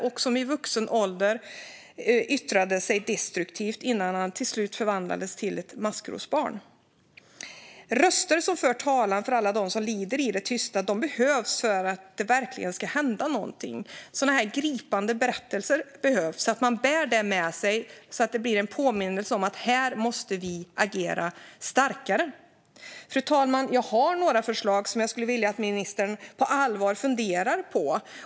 Det tog sig i vuxen ålder destruktiva uttryck innan han till slut förvandlades till ett maskrosbarn. För att det verkligen ska hända någonting behövs röster som för talan för alla dem som lider i det tysta. Sådana gripande berättelser behövs, så att man bär det med sig. Det blir en påminnelse om att vi måste agera kraftigare. Fru talman! Jag har några förslag som jag skulle vilja att ministern på allvar funderar på.